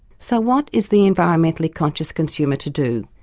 so what is the environmentally conscious consumer to do?